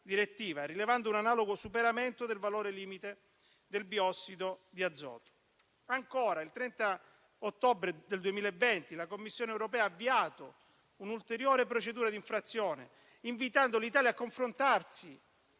direttiva, rilevando un analogo superamento del valore limite del biossido di azoto. Ancora, il 30 ottobre del 2020 la Commissione europea ha avviato un'ulteriore procedura di infrazione, invitando l'Italia a conformarsi